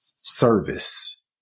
service